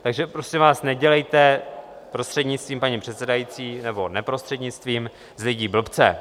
Takže prosím vás, nedělejte, prostřednictvím paní předsedající, nebo neprostřednictvím, z lidí blbce.